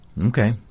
Okay